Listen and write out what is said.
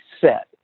set